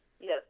yes